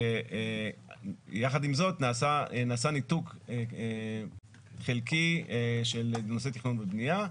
יחד עם זאת נעשה ניתוק חלקי של נושא תכנון ובנייה.